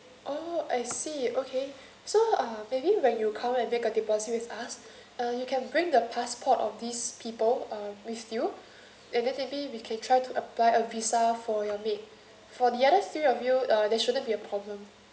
orh I see okay so uh maybe when you come and make a deposit with us uh you can bring the passport of these people uh with you and then maybe we can try to apply a visa for your mate for the other three of you uh they shouldn't be a problem